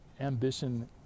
ambition